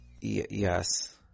yes